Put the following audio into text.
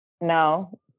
No